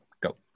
go